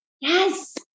Yes